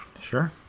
Sure